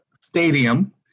Stadium